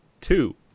two